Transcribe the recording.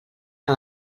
que